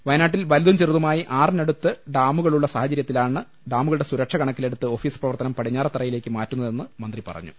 വയനാട്ടിൽ വലുതും ചെറുതുമായി ആറിനടുത്ത് ഡാമുകളുള്ള സാഹചര്യത്തിലാണ് ഡാമുകളുടെ സുരക്ഷ കണക്കിലെടുത്ത് ഓഫീസ് പ്രവർത്തനം പടിഞ്ഞാറെത്തറയിലേക്ക് മാറ്റുന്നതെന്ന് മന്ത്രി പറഞ്ഞു